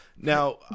now